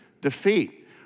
defeat